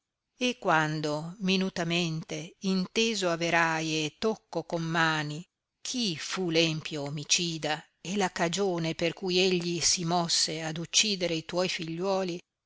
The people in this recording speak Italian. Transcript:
e quando minutamente inteso averai e tocco con mani chi fu l'empio omicida e la cagione per cui egli si mosse ad uccidere i tuoi figliuoli